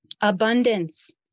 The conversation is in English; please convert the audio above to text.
abundance